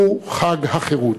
הוא חג החירות.